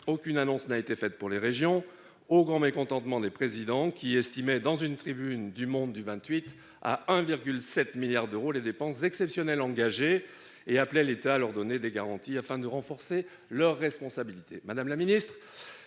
aucune annonce n'a été faite pour les régions, au grand mécontentement des présidents, qui estimaient, dans une tribune parue dans du 28 mai, à 1,7 milliard d'euros les dépenses exceptionnelles engagées et appelaient l'État à leur donner des garanties, afin de renforcer leurs responsabilités.